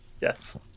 Yes